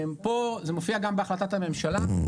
זה מופיע גם בהחלטת הממשלה,